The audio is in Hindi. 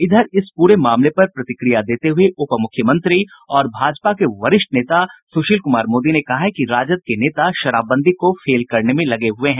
इधर इस पूरे मामले पर प्रतिक्रिया देते हुए उप मुख्यमंत्री और भाजपा के वरिष्ठ नेता सुशील कुमार मोदी ने कहा है कि राजद के नेता शराबबंदी को फेल करने में लगे हुए हैं